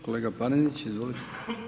Kolega Panenić, izvolite.